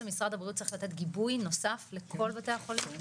משרד הבריאות צריך לתת גיבוי נוסף לכל בתי החולים?